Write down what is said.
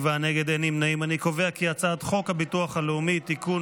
את הצעת חוק הביטוח הלאומי (תיקון,